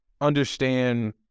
understand